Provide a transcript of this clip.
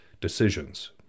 decisions